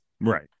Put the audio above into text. right